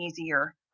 easier